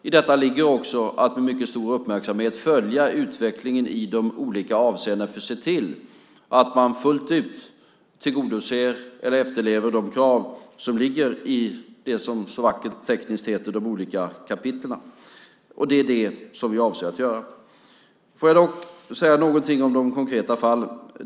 I detta ligger också att med mycket stor uppmärksamhet följa utvecklingen i de olika avseendena för att se till att man fullt ut tillgodoser eller efterlever de krav som ligger i det som så vackert tekniskt heter de olika kapitlen. Det är det som jag avser att göra. Får jag dock säga någonting om de konkreta fallen.